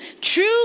true